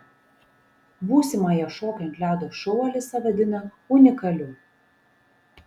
būsimąją šokių ant ledo šou alisa vadina unikaliu